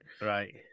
Right